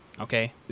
okay